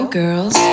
girls